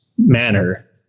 manner